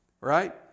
Right